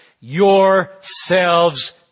yourselves